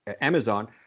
Amazon